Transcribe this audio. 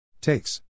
takes